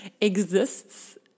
exists